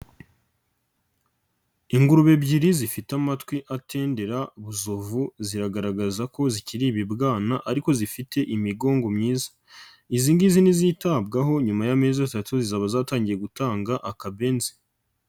Ingurube ebyiri zifite amatwi atendera buzovu ziragaragaza ko zikiri ibibwana ariko zifite imigongo myiza, izi ngizi nizitabwaho nyuma y'amezi atatu zizaba zatangiye gutanga akabenzi.